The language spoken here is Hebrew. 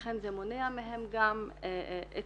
לכן זה מונע מהם גם את